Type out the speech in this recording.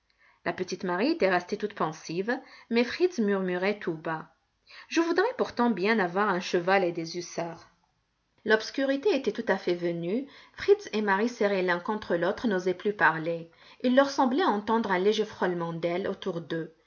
la petite marie était restée toute pensive mais fritz murmurait tout bas je voudrais pourtant bien avoir un cheval et des hussards l'obscurité était tout à fait venue fritz et marie serrés l'un contre l'autre n'osaient plus parler il leur semblait entendre un léger frôlement d'ailes autour d'eux